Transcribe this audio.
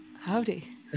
Howdy